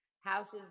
houses